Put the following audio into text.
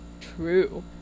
True